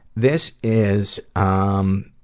this is um